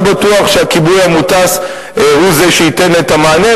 לא בטוח שהכיבוי המוטס הוא זה שייתן את המענה,